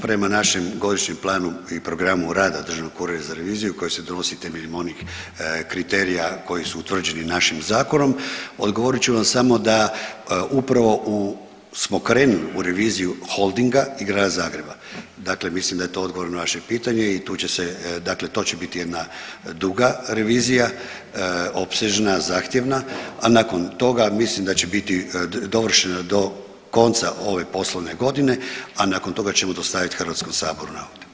Prema našem godišnjem planu i programa Državnog ureda za reviziju koji se donosi temeljem onih kriterija koji su utvrđeni našim zakonom odgovorit ću vam samo da upravo smo krenuli u reviziju Holdinga i Grada Zagreba dakle mislim da je to odgovor na vaše pitanje i to će se dakle to će biti jedna duga revizija opsežna, zahtjevna, a nakon toga mislim da će biti dovršena do konca ove poslovne godine, a nakon toga ćemo dostaviti HS na